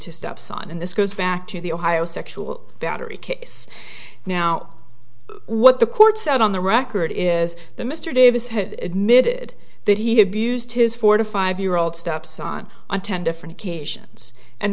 his stepson and this goes back to the ohio sexual battery case now what the court said on the record is the mr davis has admitted that he abused his forty five year old stepson on ten different occasions and